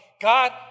God